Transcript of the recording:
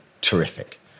Terrific